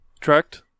correct